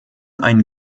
einen